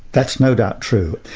that's no doubt true.